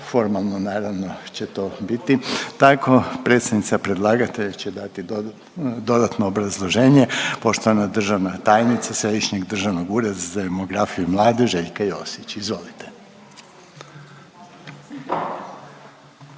formalno naravno će to biti, tako predstavnica predlagatelja će dati dodatno obrazloženje, poštovana državna tajnica Središnjeg državnog ureda za demografiju i mlade Željka Josić, izvolite.